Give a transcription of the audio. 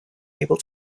able